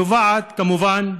נובעת כמובן,